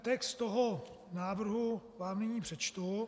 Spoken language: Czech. Text návrhu vám nyní přečtu: